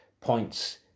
points